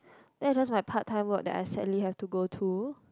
that's just my part time work that I sadly have to go to